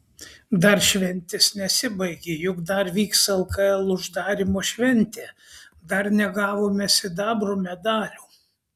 dar šventės nesibaigė juk dar vyks lkl uždarymo šventė dar negavome sidabro medalių